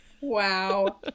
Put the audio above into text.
Wow